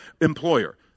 employer